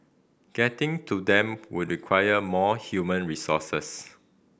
getting to them would require more human resources